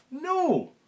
No